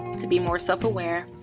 to be more self-aware,